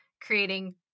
creating